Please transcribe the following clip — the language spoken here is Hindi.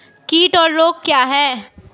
कीट और रोग क्या हैं?